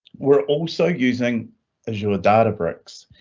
we're also using as your data bricks,